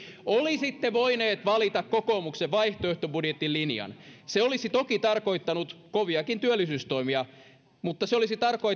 olisitte voineet valita kokoomuksen vaihtoehtobudjetin linjan se olisi toki tarkoittanut koviakin työllisyystoimia mutta se olisi tarkoittanut